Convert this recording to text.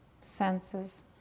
senses